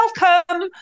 welcome